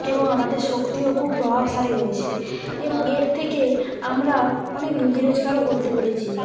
এবং আমাদের শক্তিও খুব প্রভাবশালী হয়েছে এবং এর থেকে আমরা অনেক রুজি রোজগারও করতে পেরেছি